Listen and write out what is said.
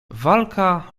walka